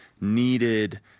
needed –